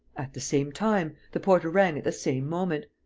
at the same time. the porter rang at the same moment.